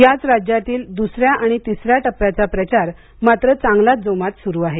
याच राज्यातील दुसर्या आणि तिसर्या टप्प्याचा प्रचार मात्र चांगलाच जोमात सुरू आहे